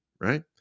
Right